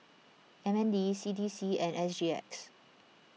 M N D C D C and S G X